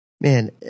Man